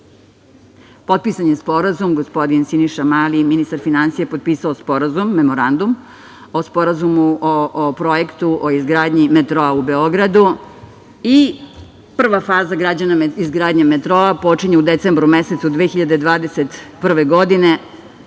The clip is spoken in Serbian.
Potpisan je Sporazum, gospodin Siniša Mali i ministar finansija potpisao Sporazum, Memorandum o projektu o izgradnji metroa u Beogradu i prva faza izgradnje metroa počinje u decembru mesecu 2021. godine,